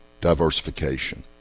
diversification